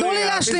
תנו לי להשלים.